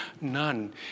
None